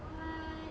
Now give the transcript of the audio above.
what